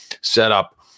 setup